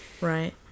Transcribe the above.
right